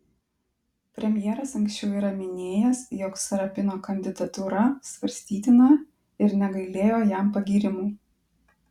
premjeras anksčiau yra minėjęs jog sarapino kandidatūra svarstytina ir negailėjo jam pagyrimų